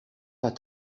pas